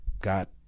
got